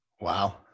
Wow